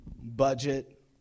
budget